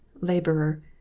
laborer